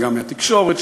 וגם מהתקשורת,